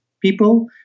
people